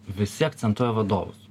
visi akcentuoja vadovus